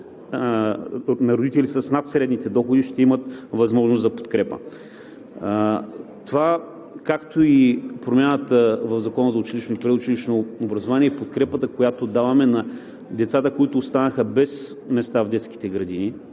на родители с над средните доходи ще имат възможност за подкрепа. Това, както и промяната в Закона за училищното и предучилищното образование, и подкрепата, която даваме на децата, които останаха без места в детските градини